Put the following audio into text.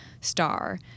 star